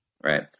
right